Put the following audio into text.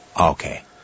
Okay